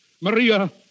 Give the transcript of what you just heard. Maria